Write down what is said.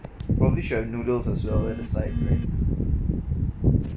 probably should have noodles as well at the side right